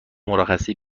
مرخصی